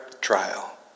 trial